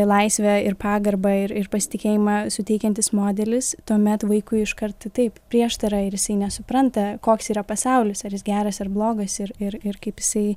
laisvę ir pagarbą ir ir pasitikėjimą suteikiantis modelis tuomet vaikui iškart taip prieštara ir jisai nesupranta koks yra pasaulis ar jis geras ar blogas ir ir ir kaip jisai